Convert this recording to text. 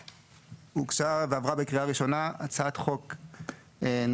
הוגשה ועברה בקריאה ראשונה הצעת חוק נוספת,